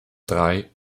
drei